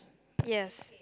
yes